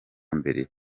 mbere